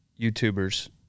YouTubers